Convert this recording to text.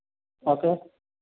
okay